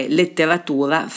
letteratura